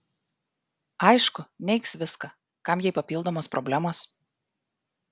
aišku neigs viską kam jai papildomos problemos